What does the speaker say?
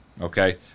okay